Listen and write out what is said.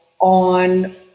on